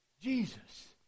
Jesus